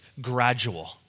gradual